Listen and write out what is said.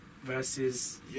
Versus